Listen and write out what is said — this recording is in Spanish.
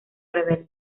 rebelde